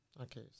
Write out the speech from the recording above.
Okay